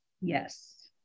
yes